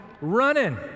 running